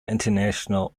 international